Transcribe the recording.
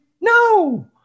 No